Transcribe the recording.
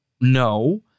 No